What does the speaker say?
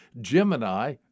Gemini